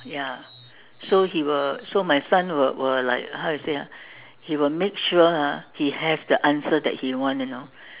ya so he will so my son will will like how you say ah he will make sure ah he have the answer that he want you know